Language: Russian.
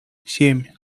семь